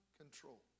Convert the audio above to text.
control